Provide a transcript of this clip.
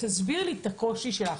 תסבירי לי את הקושי שלך.